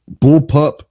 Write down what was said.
bullpup